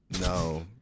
No